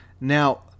Now